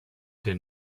den